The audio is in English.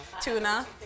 Tuna